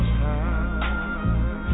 time